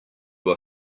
were